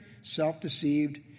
self-deceived